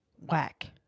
Whack